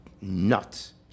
nuts